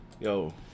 Yo